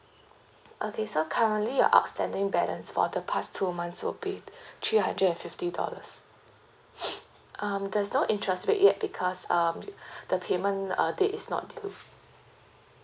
okay so currently your outstanding balance for the past two months will be three hundred and fifty dollars um there's no interest rate yet because um the payment uh date is not due